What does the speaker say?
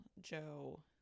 Joe